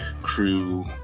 crew